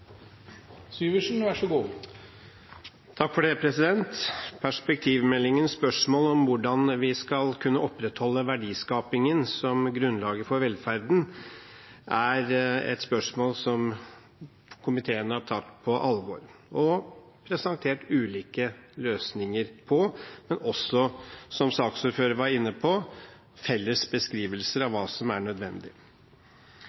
om hvordan vi skal opprettholde verdiskapingen som grunnlaget for velferden, et spørsmål som komiteen har tatt på alvor og presentert ulike løsninger for, men det er også, som saksordføreren var inne på, felles beskrivelser av